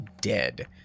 dead